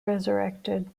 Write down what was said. resurrected